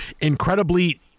incredibly